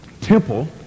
temple